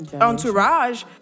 entourage